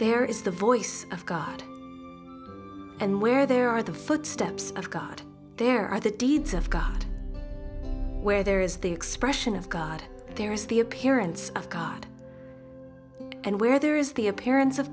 there is the voice of god and where there are the footsteps of god there are the deeds of god where there is the expression of god there is the appearance of god and where there is the appearance of